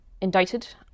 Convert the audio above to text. indicted